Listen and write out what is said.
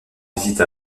visite